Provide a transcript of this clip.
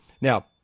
Now